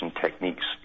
techniques